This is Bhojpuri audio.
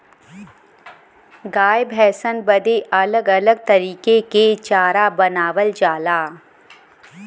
गाय भैसन बदे अलग अलग तरीके के चारा बनावल जाला